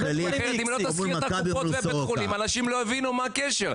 אם לא תזכיר את הקופות ואת בתי החולים אנשים לא יבינו מה הקשר.